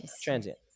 transient